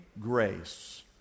grace